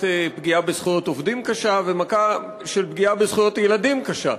פגיעה-בזכויות-עובדים קשה ומכה של פגיעה-בזכויות-ילדים קשה.